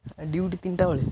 duty ତିନଟା ବେଳେ